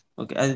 okay